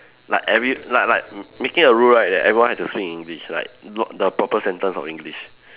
like every like like m~ making a rule right that everyone has to speak in English like no~ the proper sentence of English